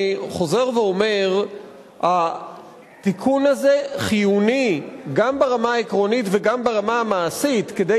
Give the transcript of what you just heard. אני חוזר ואומר שהתיקון הזה חיוני גם ברמה העקרונית וגם ברמה המעשית כדי